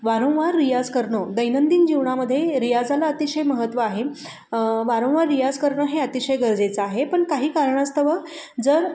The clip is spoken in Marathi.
वारंवार रियाज करणं दैनंदिन जीवनामध्ये रियाजाला अतिशय महत्त्व आहे वारंवार रियाज करणं हे अतिशय गरजेचं आहे पण काही कारणास्तव जर